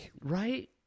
right